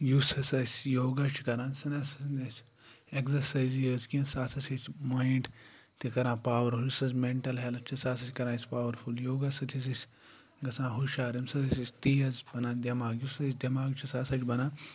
یُس ہَسا أسۍ یوگا چھِ کَران سُہ نہ سا اَسہِ اٮ۪گزَرسایزٕے یٲژ کیٚنٛہہ سُہ ہَسا چھِ أسۍ مایِنٛڈ تہِ کَران پاوَرفُل یُس حظ مٮ۪نٹَل ہیٚلٕتھ چھِ سُہ ہَسا چھِ کَران أسۍ پاوَرفُل یوگا سۭتۍ حظ أسۍ گژھان ہُشار اَمہِ سۭتۍ حظ چھِ أسۍ تیز بَنان دٮ۪ماغ یُس أسۍ دٮ۪ماغ چھِ سُہ ہَسا چھِ بَنان